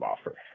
offer